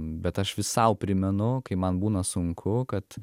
bet aš vis sau primenu man būna sunku kad